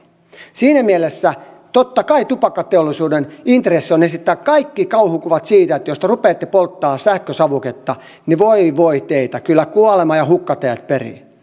siinä mielessä totta kai tupakkateollisuuden intressi on esittää kaikki kauhukuvat siitä että jos te rupeatte polttamaan sähkösavuketta niin voi voi teitä kyllä kuolema ja hukka teidät perii